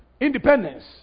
independence